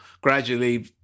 gradually